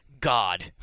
God